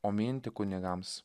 o mintį kunigams